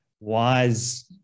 wise